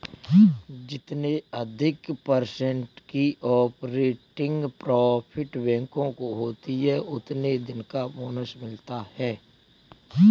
जितने अधिक पर्सेन्ट की ऑपरेटिंग प्रॉफिट बैंकों को होती हैं उतने दिन का बोनस मिलता हैं